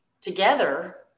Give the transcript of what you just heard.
together